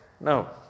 No